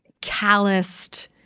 calloused